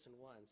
one